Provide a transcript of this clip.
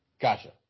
Gotcha